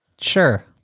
Sure